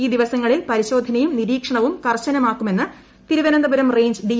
ഈ ദിവസങ്ങളിൽ പരിശോധനയും നിരീക്ഷണവും കർശനമാക്കുമെന്ന് തിരുവനന്തപുരം റേഞ്ച് ഡി